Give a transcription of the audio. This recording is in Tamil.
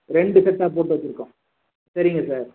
ரெண்டு செட்டாக போட்டு வச்சுருக்கோம் சரிங்க சார்